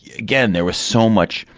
yeah again there was so much.